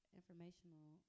informational